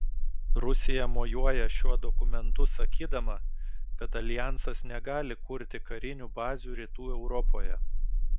rusija mojuoja šiuo dokumentu sakydama kad aljansas negali kurti karinių bazių rytų europoje